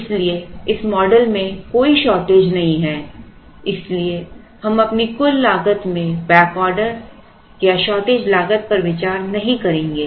इसलिए इस मॉडल में कोई शॉर्टेज नहीं है इसलिए हम अपनी कुल लागत में बैक ऑर्डर या शॉर्टेज लागत पर विचार नहीं करेंगे